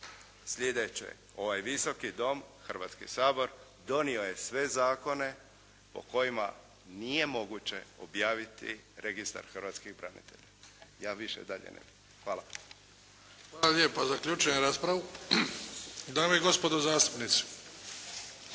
sljedeće. Ovaj Visoki dom, Hrvatski sabor donio je sve zakone po kojima nije moguće objaviti Registar hrvatskih branitelja. Ja više dalje ne bi. Hvala. **Bebić, Luka (HDZ)** Hvala lijepa. Zaključujem raspravu. Dame i gospodo zastupnici!